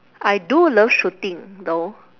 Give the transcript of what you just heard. I do love shooting though